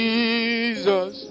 Jesus